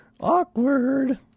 Awkward